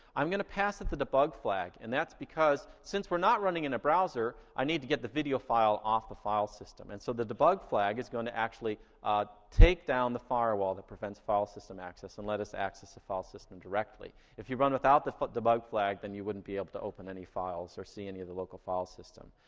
i'm gonna pass it the debug flag, and that's because since we're not running in a browser, i need to get the video file off the file system. and so the debug flag is going to actually take down the firewall that prevents file system access and let us access the file system directly. if you run without the but debug flag, then you wouldn't be able to open any files or see any of the local file system.